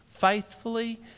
faithfully